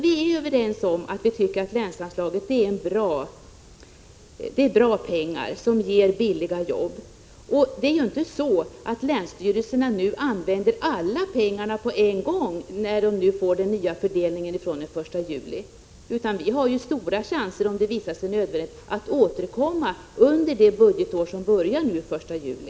Vi är överens om att tycka att länsanslaget är bra och ger billiga jobb. Det är ju inte så att länsstyrelserna nu använder alla pengarna på en gång när de får den nya fördelningen från den 1 juli. Vi har ju stora chanser, om det visar sig nödvändigt, att återkomma under det budgetår som börjar nu den 1 juli.